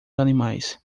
animais